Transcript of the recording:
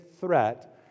threat